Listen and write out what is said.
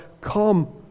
come